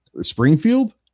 Springfield